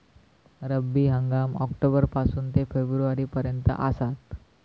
रब्बी हंगाम ऑक्टोबर पासून ते फेब्रुवारी पर्यंत आसात